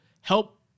help